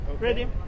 Ready